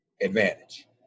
advantage